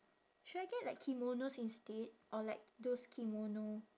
should I get like kimonos instead or like those kimono